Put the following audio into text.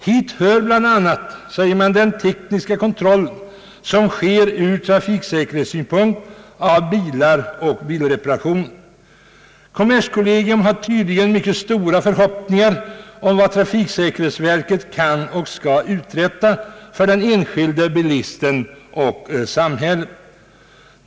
Hit hör bl.a., säger kommerskollegium, den tekniska kontroll som sker från trafiksäkerhetssynpunkt av bilar och bilreparationer. Kollegiet har tydligen mycket stora förhoppningar om vad trafiksäkerhetsverket kan och skall uträtta för den enskilde bilisten och samhället.